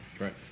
Right